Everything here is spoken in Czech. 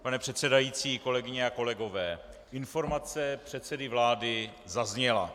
Pane předsedající, kolegyně a kolegové, informace předsedy vlády zazněla.